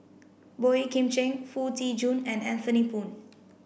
Boey Kim Cheng Foo Tee Jun and Anthony Poon